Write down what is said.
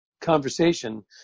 conversation